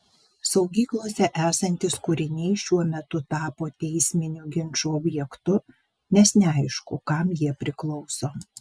saugyklose esantys kūriniai šiuo metu tapo teisminių ginčų objektu nes neaišku kam jie priklauso